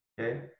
Okay